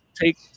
take